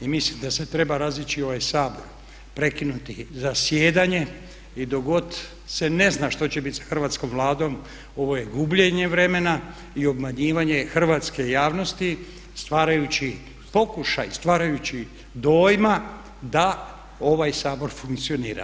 I mislim da se treba razići ovaj Sabor, prekinuti zasjedanje i dok god se ne zna što će biti sa hrvatskom Vladom ovo je gubljenje vremena i obmanjivanje hrvatske javnosti stvarajući pokušaj, stvarajući dojma da ovaj Sabor funkcionira.